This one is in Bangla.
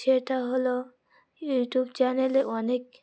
সেটা হলো ইউটিউব চ্যানেলে অনেক